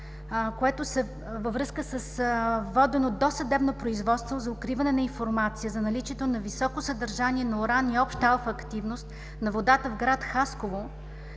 което е във връзка с водено досъдебно производство за укриване на информация за наличието на високо съдържание на уран и обща алфа активност на водата в гр. Хасково.